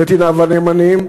נתיניו הנאמנים,